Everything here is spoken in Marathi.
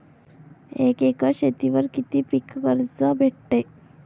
एक एकर शेतीवर किती पीक कर्ज भेटते?